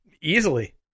easily